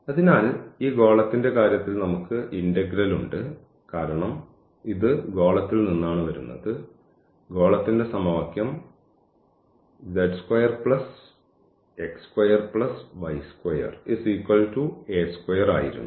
അതിനാൽ ഈ ഗോളത്തിന്റെ കാര്യത്തിൽ നമുക്ക് Integral ഉണ്ട് കാരണം ഇത് ഗോളത്തിൽ നിന്നാണ് വരുന്നത് ഗോളത്തിന്റെ സമവാക്യം ആയിരുന്നു